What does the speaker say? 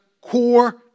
core